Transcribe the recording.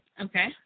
Okay